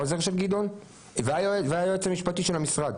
העוזר של גדעון והיועץ המשפטי של המשרד.